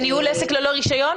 זה ניהול עסק ללא רישיון?